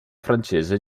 francese